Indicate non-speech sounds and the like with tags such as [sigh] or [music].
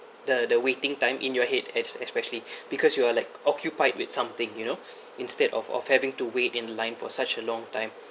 the the waiting time in your head es~ especially [breath] because you are like occupied with something you know [breath] instead of of having to wait in line for such a long time